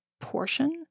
portion